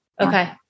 Okay